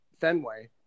Fenway